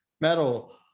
metal